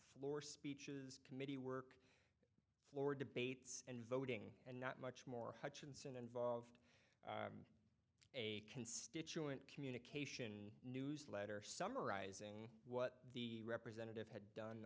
floor speeches committee work floor debates and voting and not much more hutchinson involved a constituent communication newsletter summarizing what the representative